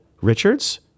Richards